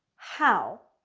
how?